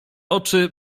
oczy